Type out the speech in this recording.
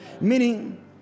Meaning